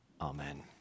Amen